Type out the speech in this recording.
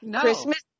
Christmas